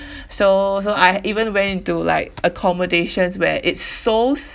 so so I even went into like accommodations where it's so